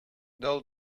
though